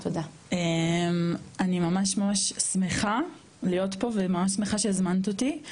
אני ממש ממש שמחה להיות פה וממש שמחה שהזמנת אותי,